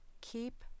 Keep